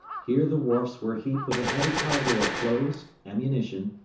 here the wharfs were heaped with a heavy cargo of clothes, ammunition,